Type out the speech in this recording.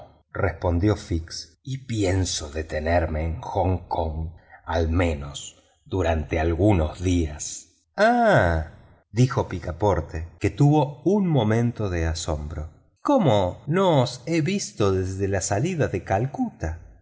respondió fix y pienso detenerme en hong kong al menos durante algunos días ah dijo picaporte que tuvo un momento de asombro y cómo no os he visto desde la salida de calcuta